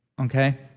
Okay